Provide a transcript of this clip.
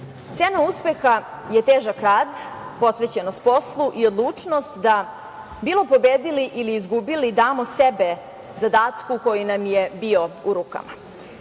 cena uspeha je težak rad, posvećenost poslu i odlučnost da bilo pobedili ili izgubili damo sebe zadatku koji nam je bio u rukama.